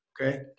Okay